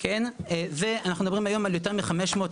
לכן מתן מעמד א5,